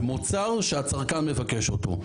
זה מוצר שהצרכן מבקש אותו.